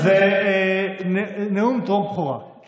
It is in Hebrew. זה נאום טרום-בכורה של חברת הכנסת לזימי.